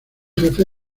jefe